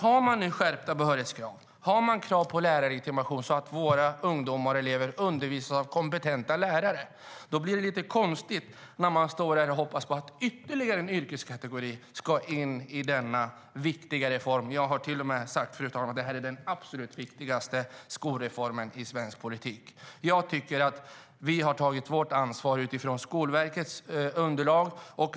Har vi nu skärpta behörighetskrav och krav på lärarlegitimation så att våra ungdomar och elever undervisas av kompetenta lärare blir det lite konstigt när man säger sig hoppas på att ytterligare en yrkeskategori ska omfattas av denna viktiga reform. Jag har tidigare till och med sagt det att det är den absolut viktigaste skolreformen i svensk politik. Jag tycker att vi har tagit vårt ansvar utifrån Skolverkets underlag.